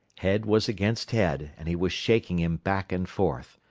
head was against head, and he was shaking him back and forth.